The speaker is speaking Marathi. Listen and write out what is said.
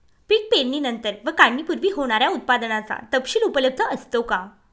पीक पेरणीनंतर व काढणीपूर्वी होणाऱ्या उत्पादनाचा तपशील उपलब्ध असतो का?